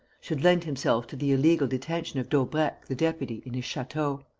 should lend himself to the illegal detention of daubrecq the deputy in his chateau.